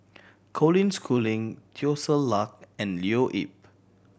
Colin Schooling Teo Ser Luck and Leo Yip